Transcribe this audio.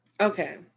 Okay